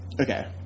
Okay